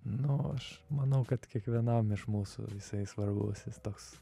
nu aš manau kad kiekvienam iš mūsų jisai svarbus jis toks